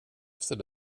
efter